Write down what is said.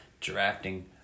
drafting